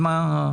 אז מה,